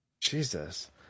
Jesus